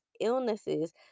illnesses